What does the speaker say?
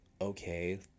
okay